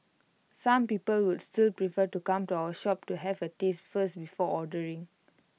some people would still prefer to come to our shop to have A taste first before ordering